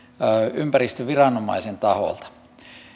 ympäristöviranomaisen taholta